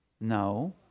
no